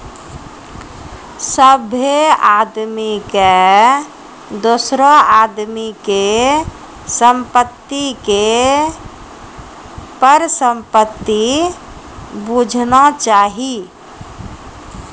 सभ्भे आदमी के दोसरो आदमी के संपत्ति के परसंपत्ति बुझना चाही